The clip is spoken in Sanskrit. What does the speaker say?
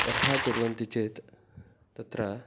तथा कुर्वन्ति चेत् तत्र